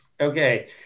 Okay